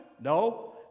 No